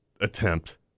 attempt